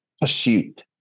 pursuit